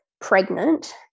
pregnant